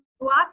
lots